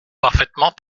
parfaitement